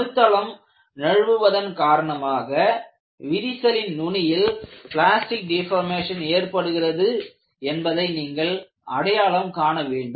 அணுத்தளம் நழுவுவதன் காரணமாக விரிசலின் நுனியில் பிளாஸ்டிக் டீபோர்மேஷன் ஏற்படுகிறது என்பதை நீங்கள் அடையாளம் காண வேண்டும்